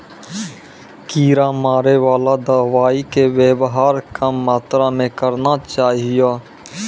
कीड़ा मारैवाला दवाइ के वेवहार कम मात्रा मे करना चाहियो